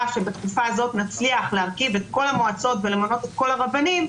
שבתקופה הזאת נצליח להרכיב את כל המועצות ולמנות את כל הרבנים,